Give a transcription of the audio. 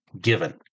given